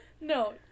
No